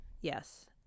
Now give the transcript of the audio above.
Yes